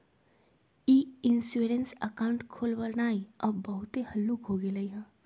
ई insurance account खोलबनाइ अब बहुते हल्लुक हो गेलइ ह